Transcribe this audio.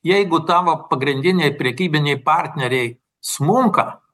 jeigu tavo pagrindiniai prekybiniai partneriai smunka